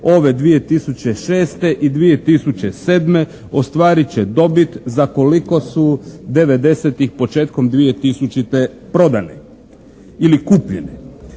ove 2006. i 2007. ostvarit će dobit za koliko su 90-tih i početkom 2000.-te prodane. Ili kupljene.